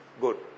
Good